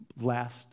last